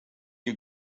you